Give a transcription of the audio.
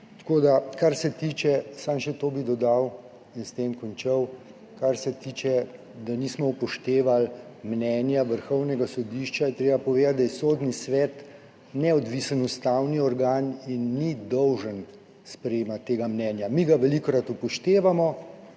pogovora. Samo še to bi dodal in s tem končal, kar se tiče tega, da nismo upoštevali mnenja Vrhovnega sodišča, je treba povedati, da je Sodni svet neodvisen ustavni organ in ni dolžan sprejemati tega mnenja. Mi ga velikokrat upoštevamo,